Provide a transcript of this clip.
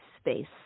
space